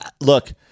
Look